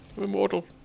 Immortal